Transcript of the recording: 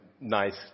nice